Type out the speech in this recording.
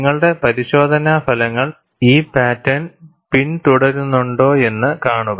നിങ്ങളുടെ പരിശോധനാ ഫലങ്ങൾ ഈ പാറ്റേൺ പിന്തുടരുന്നുണ്ടോയെന്ന് കാണുക